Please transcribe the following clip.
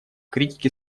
критики